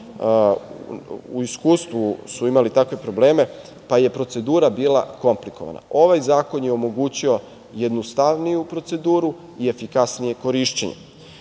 dešavalo, imali su takve probleme, pa je procedura bila komplikovana. Ovaj zakon je omogućio jednostavniju proceduru i efikasnije korišćenje. Takođe,